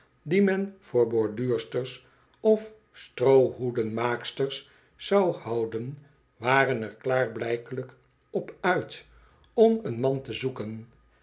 die men voor borduursters of stroohoedenmaaksters zou houden waren er klaarblijkelijk op uit om een man te zoeken